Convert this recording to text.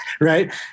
right